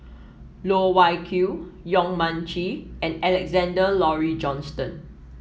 Loh Wai Kiew Yong Mun Chee and Alexander Laurie Johnston